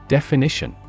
Definition